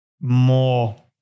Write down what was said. more